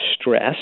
stress